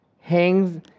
hangs